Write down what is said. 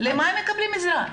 - למה הם מקבלים עזרה,